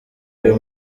uyu